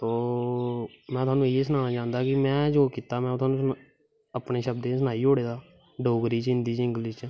ओ में तोआनू इयै सनानां चाह्दा कि में जो कीता तां अपनें शह्दे च सनाई ओड़ेदा डोगरीच हिन्दी च इंगलिश च